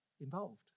involved